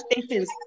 stations